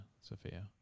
Sophia